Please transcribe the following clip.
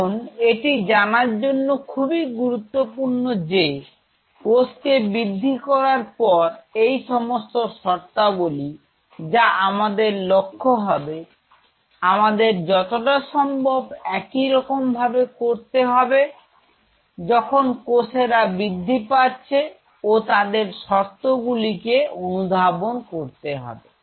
এখন এটি জানার জন্য খুবই গুরুত্বপূর্ণ যে কোষকে বৃদ্ধি করার পর এই সমস্ত শর্তাবলী যা আমাদের লক্ষ্য হবে আমাদের যতটা সম্ভব একই রকম ভাবে করতে হবে যখন কোষেরা বৃদ্ধি পাচ্ছে ও তাদের শর্তগুলি কে অনুধাবন করতে হবে